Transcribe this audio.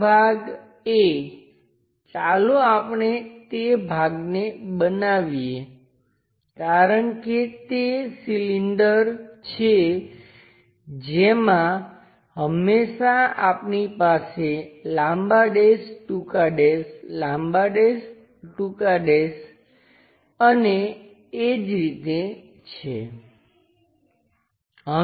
આ ભાગ A ચાલો આપણે તે ભાગને બનાવીએ કારણ કે તે સિલિન્ડર છે જેમાં હંમેશા આપણી પાસે લાંબા ડેશ ટૂંકા ડેશ લાંબા ડેશ ટૂંકા ડેશ અને એ જ રીતે છે